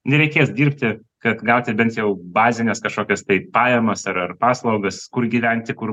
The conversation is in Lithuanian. nereikės dirbti kad gauti bent jau bazines kažkokias tai pajamas ar ar paslaugas kur gyventi kur